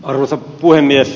arvoisa puhemies